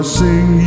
sing